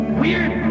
weird